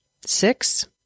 Six